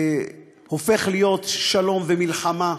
הופך להיות שלום ומלחמה,